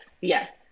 yes